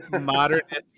modernist